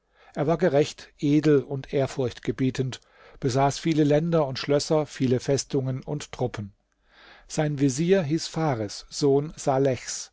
er war gerecht edel und ehrfurcht gebietend besaß viele länder und schlösser viele festungen und truppen sein vezier hieß fares sohn salechs